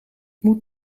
moet